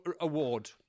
award